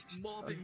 more